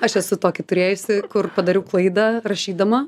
aš esu tokį turėjusi kur padariau klaidą rašydama